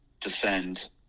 descend